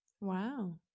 Wow